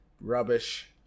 rubbish